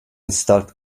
start